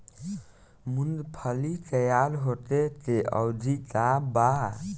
मूँगफली तैयार होखे के अवधि का वा?